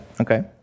Okay